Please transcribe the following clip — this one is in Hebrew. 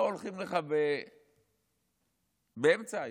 פה הולכים לך באמצע היום,